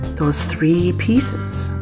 those three pieces.